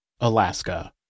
Alaska